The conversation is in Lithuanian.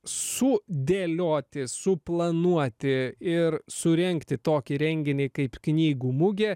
sudėlioti suplanuoti ir surengti tokį renginį kaip knygų mugė